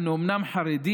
אנו אומנם חרדים,